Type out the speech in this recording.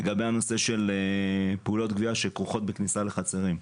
לגבי הנושא של פעולות גבייה שכרוכות בכניסה לחצרים.